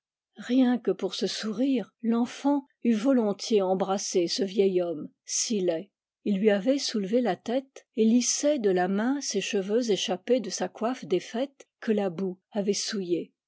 rien que pour ce sourire l'enfant eût volontiers embrassé ce vieil homme si laid il lui avait soulevé la tête et lissait de la main ses cheveux échappés de sa coiffe défaite que la boue avait souillés